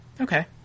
Okay